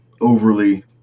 overly